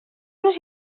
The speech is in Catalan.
los